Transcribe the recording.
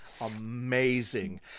Amazing